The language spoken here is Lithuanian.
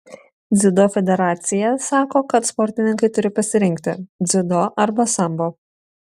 dziudo federacija sako kad sportininkai turi pasirinkti dziudo arba sambo